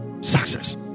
success